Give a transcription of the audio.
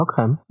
Okay